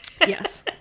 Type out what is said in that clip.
Yes